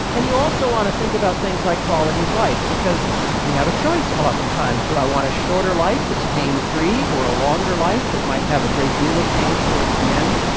and you also want to think about things like quality of life. because you have a choice oftentimes, do you i want a shorter life that's pain-free, or a longer life that might have a great deal of pain towards the end?